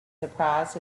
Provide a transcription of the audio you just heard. surprised